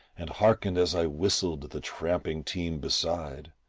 and hearkened as i whistled the tramping team beside,